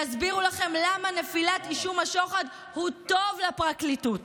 יסבירו לכם למה נפילת אישום השוחד הוא טוב לפרקליטות.